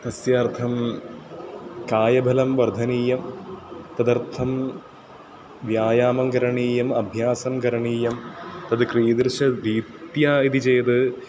तस्यार्थं कायबलं वर्धनीयं तदर्थं व्यायामः करणीयः अभ्यासः करणीयः तद् क्रीदृशरीत्या इति चेत्